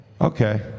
Okay